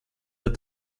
der